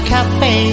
Cafe